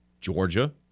Georgia